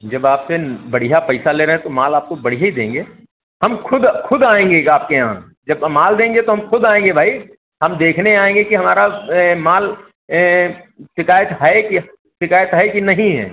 जब आप बढ़िया पैसा ले रहें तो माल आपको बढ़िया ही देंगे हम ख़ुद ख़ुद आएँगे आपके यहाँ जब माल देंगे तो हम ख़ुद आएँगे भाई हम देखने आएँगे कि हमारा माल शिकायत है कि शिकायत है कि नहीं है